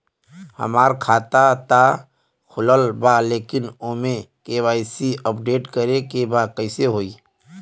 हमार खाता ता खुलल बा लेकिन ओमे के.वाइ.सी अपडेट करे के बा कइसे होई?